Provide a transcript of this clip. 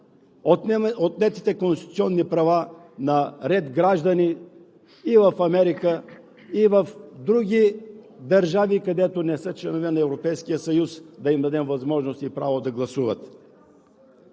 отнетите конституционни права на ред граждани и в Америка, и в други държави, които не са членове на Европейския съюз, да им дадем възможност и право да гласуват.